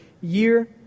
year